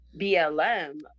BLM